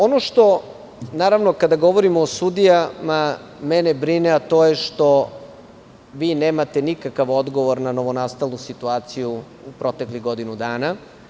Ono što, naravno, kada govorimo o sudijama mene brine, a to je što vi nemate nikakav odgovor na novonastalu situaciju u proteklih godinu dana.